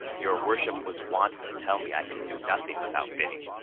your worship was wont to tell me i could do nothing without bidding.